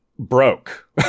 Broke